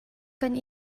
kan